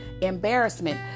embarrassment